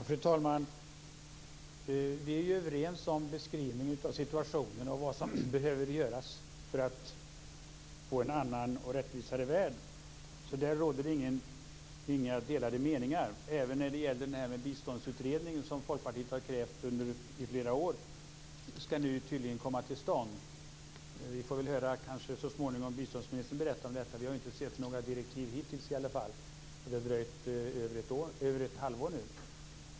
Fru talman! Vi är överens om beskrivningen av situationen och vad som behöver göras för att få en annan och rättvisare värld. Där råder inga delade meningar. Detsamma gäller den biståndsutredning, som Folkpartiet har krävt under flera år. Den ska nu tydligen komma till stånd. Vi får kanske så småningom höra biståndsministern berätta om detta. Vi har inte sett några direktiv hittills i alla fall. Det har dröjt över ett halvår nu.